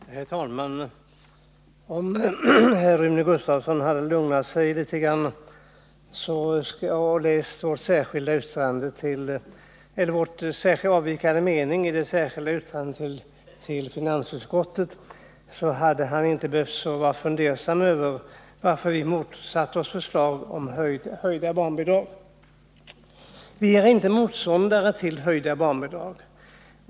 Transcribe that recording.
Herr talman! Om herr Rune Gustavsson hade lugnat sig litet och läst vår avvikande mening i det särskilda yttrandet i finansutskottet, hade han inte behövt vara fundersam över varför vi motsatte oss förslaget om höjda barnbidrag. Vi är inte motståndare till höjda barnbidrag.